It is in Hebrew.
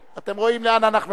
אתם רואים לאן אנחנו מגיעים.